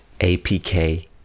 .apk